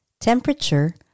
temperature